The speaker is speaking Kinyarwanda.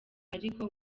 ariko